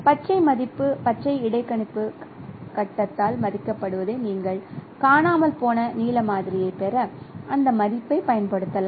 பச்சை மதிப்பு பச்சை இடைக்கணிப்பு கட்டத்தால் மதிப்பிடப்பட்டதை நீங்கள் காணாமல் போன நீல மாதிரியைப் பெற அந்த மதிப்பைப் பயன்படுத்தலாம்